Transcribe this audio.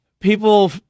people